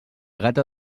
gata